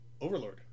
Overlord